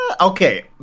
okay